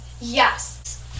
Yes